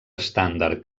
estàndard